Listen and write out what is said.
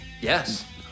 Yes